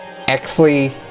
Exley